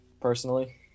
personally